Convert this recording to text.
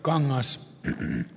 arvoisa puhemies